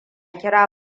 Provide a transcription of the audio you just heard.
kira